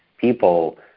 people